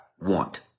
want